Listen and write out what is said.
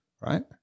right